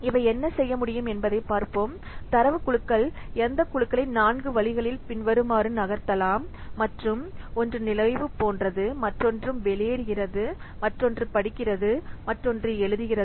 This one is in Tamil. இவை என்ன செய்ய முடியும் என்பதை பார்ப்போம் தரவுக் குழுக்கள் எந்தக் குழுக்களை நான்கு வழிகளில் பின்வருமாறு நகர்த்தலாம் மற்றும் ஒன்று நுழைவு போன்றது மற்றொரு வெளியேறுகிறது மற்றொன்று படிக்கிறது மற்றொன்று எழுதுகிறது